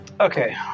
Okay